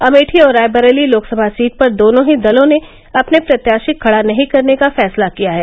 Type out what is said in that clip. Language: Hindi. अमेठी और रायबरेली लोकसभा सीट पर दोनों ही दलों ने अपने प्रत्याषी खड़ा नही करने का फैसला किया है